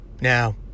Now